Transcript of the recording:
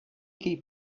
keep